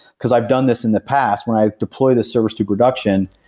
because i've done this in the past when i deployed the service to production,